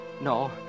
No